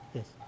Yes